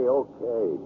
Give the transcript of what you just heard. okay